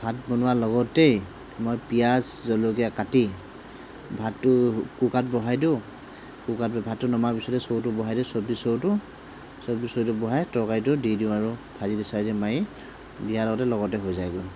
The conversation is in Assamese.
ভাত বনোৱাৰ লগতেই মই পিঁয়াজ জলকীয়া কাটি ভাতটো কুকাৰত বহাই দিওঁ কুকাৰত ভাতটো নমোৱাৰ পিছতেই চৰুটো বহাই দিওঁ চব্জিৰ চৰুটো চব্জিৰ চৰুটো বহাই তৰকাৰিটো দি দিওঁ আৰু ভাজি চাজি মাৰি দিয়াৰ লগতে লগতে হৈ যায়গৈ